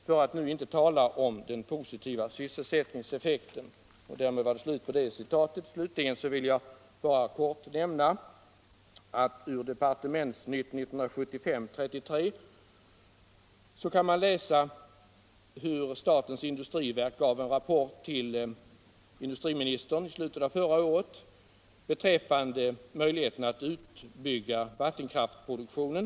För att nu inte tala om den positivare sysselsättningseffekten.” Slutligen vill jag nämna att man i Departementsnytt 1975/33 kan läsa att statens industriverk lämnade en rapport till industriministern i slutet av förra året beträffande möjligheten att utbygga vattenkraftproduktionen.